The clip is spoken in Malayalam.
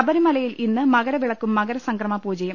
ശബരിമലയിൽ ഇന്ന് മകരവിളക്കും മകരസംക്രമ പൂജയും